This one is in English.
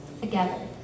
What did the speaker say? together